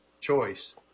choice